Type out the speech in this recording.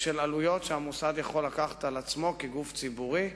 של עלויות שהמוסד יכול לקחת על עצמו כגוף ציבורי,